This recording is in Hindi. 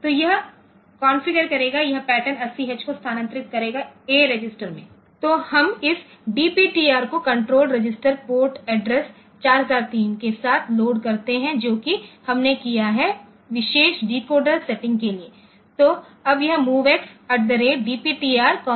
तो यह कॉन्फ़िगर करेगा यह पैटर्न 80 को स्थानांतरित करेगा A रजिस्टरमें तो हम इस डीपीटीआर को कण्ट्रोल रजिस्टर पोर्ट एड्रेस 4003 के साथ लोड करते हैं जो कि हमने किया है विशेष डिकोडर सेटिंग के लिए तो अब यह MOVX DPTR A